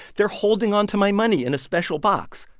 they're holding on to my money in a special box.